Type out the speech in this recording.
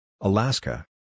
Alaska